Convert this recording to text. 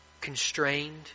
constrained